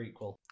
prequel